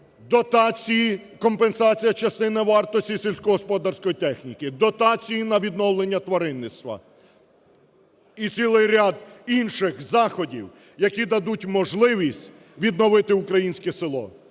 дотації, компенсація частини вартості сільськогосподарської техніки, дотації на відновлення тваринництва і цілий ряд інших заходів, які дадуть можливість відновити українське село.